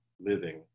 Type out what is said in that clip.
living